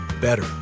better